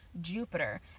Jupiter